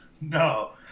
No